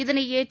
இதனை ஏற்று